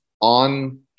on